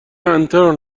انترن